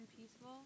peaceful